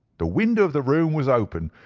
the window of the room was open,